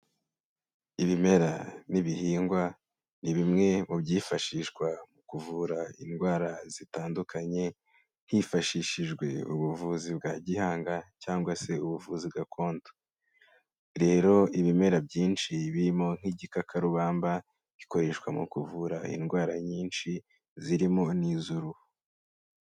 Ibimera n'ibihingwa ni bimwe mu byifashishwa mu kuvura indwara zitandukanye hifashishijwe ubuvuzi bwa gihanga cyangwa se ubuvuzi gakondo, rero ibimera byinshi birimo nk'igikakarubamba, bikoreshwa mu kuvura indwara nyinshi zirimo n'iz'uruhu.